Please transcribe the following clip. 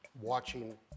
watching